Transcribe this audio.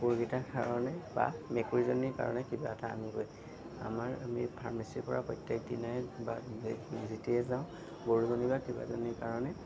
কুকুৰগিটাৰ কাৰণে বা মেকুৰীজনীৰ কাৰণে কিবা এটা আনিবই আমাৰ আমি ফাৰ্মেচীৰপৰা প্ৰত্যেকদিনাই বা যেতিয়াই যাওঁ গৰুজনী বা কিবাজনীৰ কাৰণে